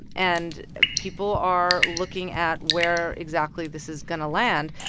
and people are looking at where, exactly, this is going to land.